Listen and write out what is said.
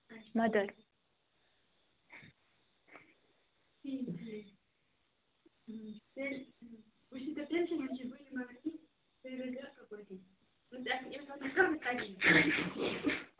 mother